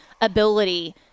ability